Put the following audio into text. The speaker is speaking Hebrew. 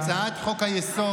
מה זה לא להפריע,